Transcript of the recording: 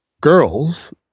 girls